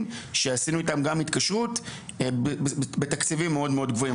שעשינו אתם גם התקשרות בתקציבים מאוד מאוד גבוהים.